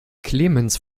clemens